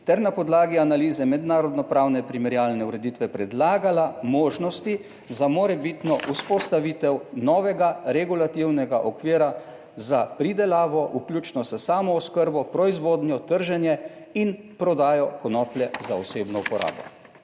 ter na podlagi analize mednarodno pravne primerjalne ureditve predlagala možnosti za morebitno vzpostavitev novega regulativnega okvira za pridelavo vključno s samooskrbo, proizvodnjo, trženje in prodajo konoplje za osebno uporabo.